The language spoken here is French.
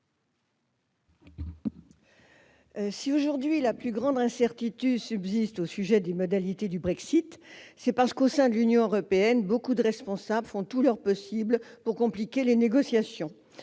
Si aujourd'hui la plus grande incertitude subsiste au sujet des modalités du Brexit, c'est parce que, au sein de l'Union européenne, beaucoup de responsables font tout leur possible pour compliquer les négociations.